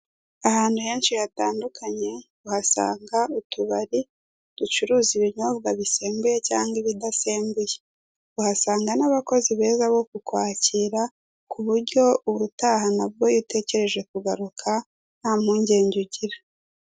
Ahantu henshi hatandukanye uhasanga utubari ducuruza ibinyobwa bisembuye cyangwa ibidasembuye. Uhasanga n'abakozi beza bo kukwakira, kuburyo ubutaha nabwo iyo utekereje kugaruka, nta mpungenge ugira.